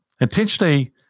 Intentionally